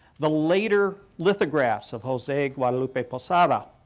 the later lithographs of jose guadalupe posada,